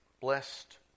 blessed